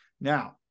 Now